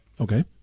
okay